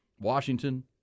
Washington